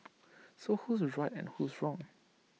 so who's right and who's wrong